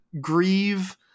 grieve